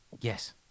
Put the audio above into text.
Yes